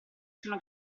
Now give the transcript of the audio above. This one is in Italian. sono